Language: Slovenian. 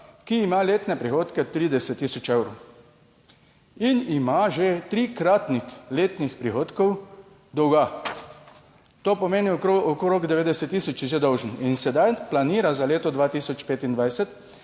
ki ima letne prihodke 30 tisoč evrov in ima že trikratnik letnih prihodkov dolga. To pomeni okrog 90 tisoč je že dolžan in sedaj planira za leto 2025,